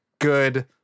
good